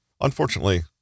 Unfortunately